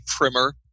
primer